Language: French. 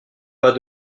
pas